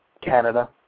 Canada